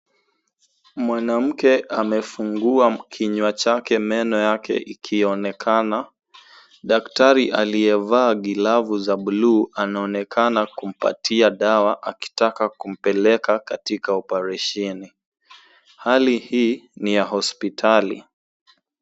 Mwanamke amefungua kinywa chake meno yake ikionekana daktari aliyevaa glavu za buluu anaonekana akimpatia dawa akitaka kumpeleka katika operesheni. Hali hii ni ya hospitali.